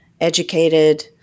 educated